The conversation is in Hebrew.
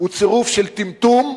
הוא צירוף של טמטום ורשעות.